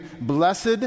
blessed